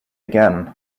again